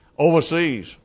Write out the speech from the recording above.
Overseas